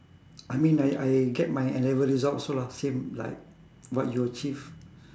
I mean I I get my N-level result also lah same like what you achieve